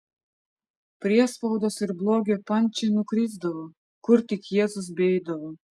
priespaudos ir blogio pančiai nukrisdavo kur tik jėzus beeidavo